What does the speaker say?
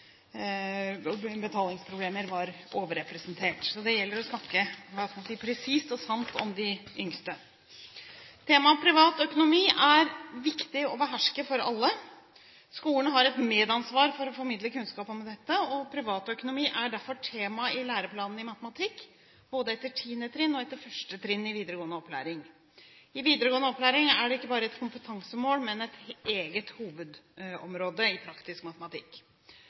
betalingsproblemer er overrepresentert. Så det gjelder å snakke presist og sant om de yngste. Temaet privat økonomi er viktig for alle å beherske. Skolen har et medansvar for å formidle kunnskap om dette, og privat økonomi er derfor tema i læreplanen i matematikk, både etter 10. trinn og etter 1. trinn i videregående opplæring. I videregående opplæring er det ikke bare et kompetansemål, men et eget hovedområde i praktisk matematikk.